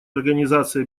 организации